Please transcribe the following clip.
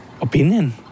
opinion